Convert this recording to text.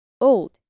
old